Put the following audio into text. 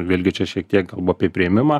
vėlgi čia šiek tiek kalbu apie priėmimą